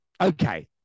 Okay